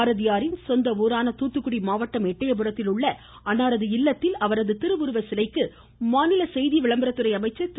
பாரதியாரின் சொந்த ஊரான தூத்துக்குடி மாவட்டம் எட்டயபுரத்தில் உள்ள அன்னாரது இல்லத்தில் அவரது திருவுருவச்சிலைக்கு மாநில செய்திவிளம்பரத்துறை அமைச்சர் திரு